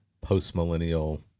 post-millennial